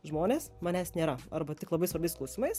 žmonės manęs nėra arba tik labai svarbiais klausimais